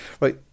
Right